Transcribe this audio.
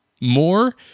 more